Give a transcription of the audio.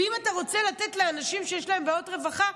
ואם אתה רוצה לתת לאנשים שיש להם בעיות רווחה,